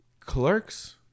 Clerks